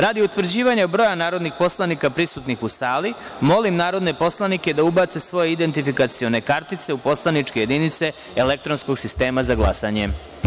Radi utvrđivanja broja narodnih poslanika prisutnih u sali, molim narodne poslanike da ubace svoje identifikacione kartice u poslaničke jedinice elektronskog sistema za glasanje.